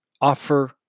offer